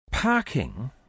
Parking